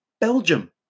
Belgium